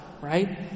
right